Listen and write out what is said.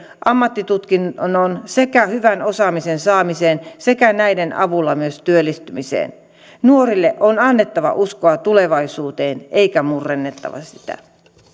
ammattitutkinnon sekä hyvän osaamisen saamiseen sekä näiden avulla myös työllistymiseen nuorille on annettava uskoa tulevaisuuteen eikä murennettava sitä